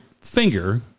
finger